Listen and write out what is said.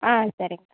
ஆ சரிங்க